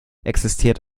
existiert